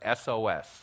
SOS